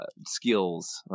skills